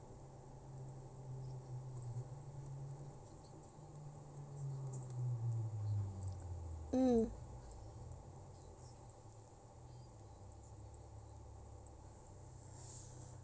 mm